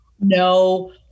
No